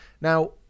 Now